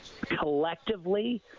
collectively